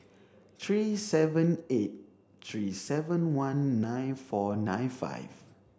three seven eight three seven one nine four nine five